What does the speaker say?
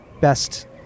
best